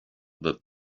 that